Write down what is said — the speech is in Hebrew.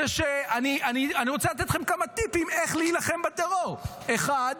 אני רוצה לתת לכם כמה טיפים איך להילחם בטרור: האחד,